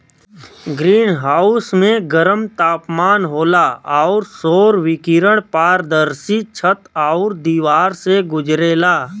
green house में गरम तापमान होला आउर सौर विकिरण पारदर्शी छत आउर दिवार से गुजरेला